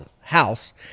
House